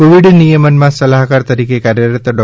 Covid નિયમનમાં સલાહકાર તરીકે કાર્યરત ડૉ